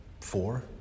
four